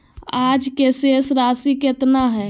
आज के शेष राशि केतना हइ?